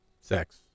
Sex